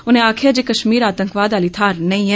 उनें आखेआ ऐ जे कश्मीर आतंकवाद आह्ली थाहर नेईं ऐ